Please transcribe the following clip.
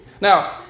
Now